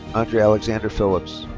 andre alexander phillips.